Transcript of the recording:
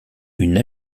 une